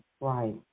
right